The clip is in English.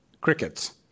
crickets